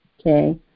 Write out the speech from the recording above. okay